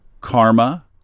karma